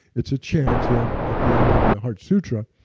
it's a chant yeah at the end of the heart sutra.